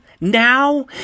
Now